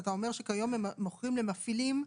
אתה אומר שכיום הם מוכרים למפעילים,